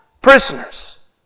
prisoners